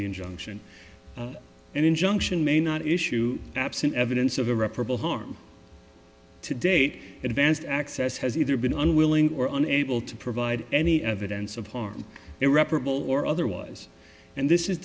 injunction an injunction may not issue perhaps an evidence of irreparable harm to date advanced access has either been unwilling or unable to provide any evidence of harm irreparable or otherwise and this is